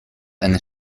eine